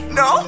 no